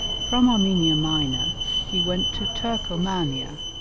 from armenia minor he went to turcomania,